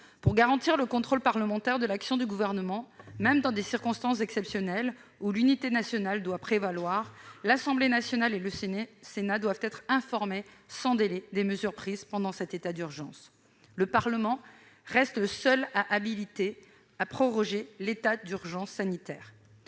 Pour garantir le contrôle parlementaire de l'action du Gouvernement, même dans des circonstances exceptionnelles où l'unité nationale doit prévaloir, l'Assemblée nationale et le Sénat doivent être informés sans délai des mesures prises pendant cet état d'urgence. Le Parlement est seul habilité à proroger, le cas échéant, l'état d'urgence sanitaire.